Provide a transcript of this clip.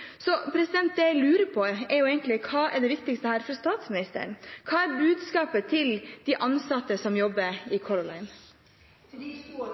Det jeg lurer på, er hva som er det viktigste for statsministeren. Hva er budskapet til de ansatte som jobber i Color Line? Til de 2